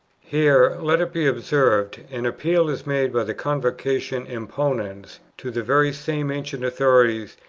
here, let it be observed, an appeal is made by the convocation imponens to the very same ancient authorities,